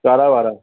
ॻाढ़ा वारा